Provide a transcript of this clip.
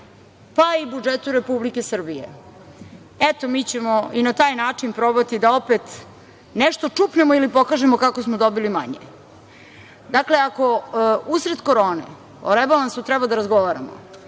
pa i budžetu Republike Srbije. Eto, mi ćemo i na taj način probati da opet nešto čupnemo ili pokažemo kako smo dobili manje. Dakle, ako u sred korone o rebalansu treba da razgovaramo